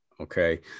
Okay